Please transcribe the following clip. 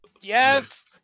Yes